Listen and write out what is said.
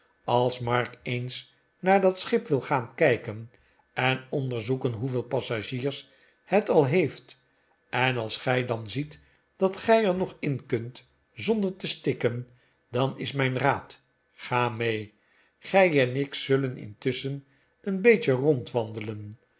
als mark eens naar dat schip wil gaan kijken en onderzoeken hoeveel passagiers het al heeft en als gij dan ziet dat gij er nog in kunt zonder te stikken dan is mijn raad ga mee gij en ik zullen intusschen een beetje rondwandelen